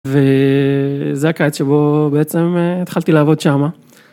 וזה הקיץ שבו בעצם התחלתי לעבוד שם.